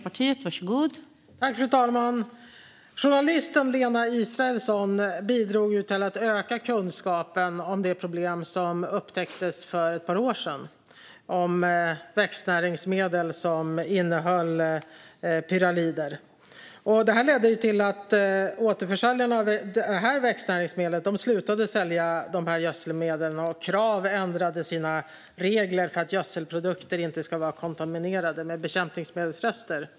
Fru talman! Journalisten Lena Israelsson bidrog till att öka kunskapen om det problem som upptäcktes för ett par år sedan med växtnäringsmedel som innehöll pyralider. Detta ledde till att återförsäljarna av det här växtnäringsmedlet slutade sälja dessa medel. Krav ändrade också sina regler så att gödselprodukter inte skulle vara kontaminerade med bekämpningsmedelsrester.